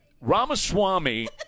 Ramaswamy